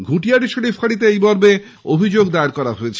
ঘুটিয়াড়ি শরিফ ফাঁড়িতে এই মর্মে অভিযোগ দায়ের করা হয়েছে